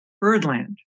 Birdland